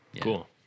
cool